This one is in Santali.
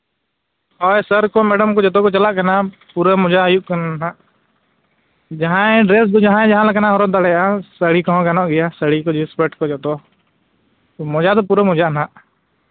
ᱦᱳᱭ ᱥᱮᱨ ᱠᱚ ᱢᱮᱰᱟᱢ ᱠᱚ ᱡᱚᱛᱚ ᱠᱚ ᱪᱟᱞᱟᱜ ᱠᱟᱱᱟ ᱯᱩᱨᱟᱹ ᱢᱚᱡᱟ ᱦᱩᱭᱩᱜ ᱠᱟᱱᱟ ᱦᱟᱸᱜ ᱡᱟᱦᱟᱸᱭ ᱰᱨᱮᱥ ᱫᱚ ᱡᱟᱦᱟᱸᱭ ᱡᱟᱦᱟᱸ ᱞᱮᱠᱟᱱᱟᱜ ᱦᱚᱨᱚᱜ ᱫᱟᱲᱮᱭᱟᱜᱼᱟ ᱥᱟᱹᱲᱤ ᱠᱚᱦᱚᱸ ᱜᱟᱱᱚᱜ ᱜᱮᱭᱟ ᱥᱟᱹᱲᱤ ᱠᱚ ᱡᱤᱱᱥ ᱯᱮᱱᱴ ᱠᱚ ᱡᱚᱛᱚ ᱢᱚᱡᱟ ᱫᱚ ᱯᱩᱨᱟᱹ ᱢᱚᱡᱟᱜᱼᱟ ᱦᱟᱸᱜ